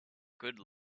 good